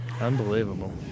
Unbelievable